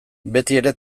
betiere